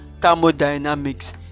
thermodynamics